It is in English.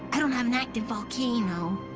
i don't have an active volcano.